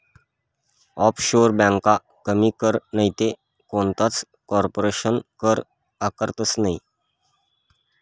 offshore ब्यांका कमी कर नैते कोणताच कारपोरेशन कर आकारतंस नयी